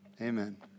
Amen